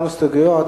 הסתייגויות,